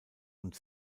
und